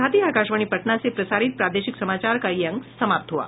इसके साथ ही आकाशवाणी पटना से प्रसारित प्रादेशिक समाचार का ये अंक समाप्त हुआ